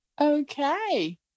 Okay